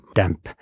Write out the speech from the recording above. damp